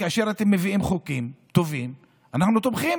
כאשר אתם מביאים חוקים טובים אנחנו תומכים